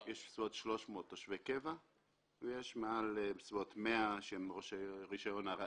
יש בסביבות 300 תושבי קבע ויש בסביבות 100 שהם עם רישיון ארעי.